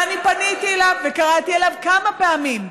ואני פניתי אליו וקראתי לו כמה פעמים: